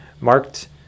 marked